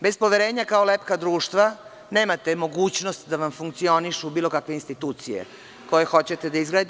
Bez poverenja kao lepka društva nemate mogućnost da vam funkcionišu bilo kakve institucije koje hoćete da izgradite.